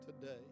today